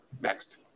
next